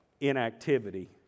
inactivity